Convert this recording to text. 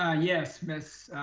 ah yes. ms.